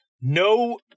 No